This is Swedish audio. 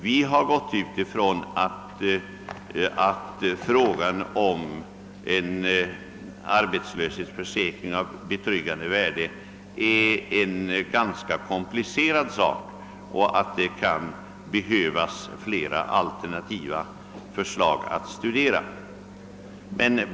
Vi har gått ut från att frågan om en arbetslöshetsförsäkring av betryggande värde är ganska komplicerad och att det kan behövas flera alternativa förslag att studera.